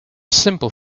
simple